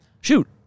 shoot